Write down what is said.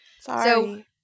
Sorry